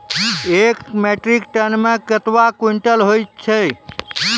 एक metric ton मे कतवा क्वींटल हैत छै?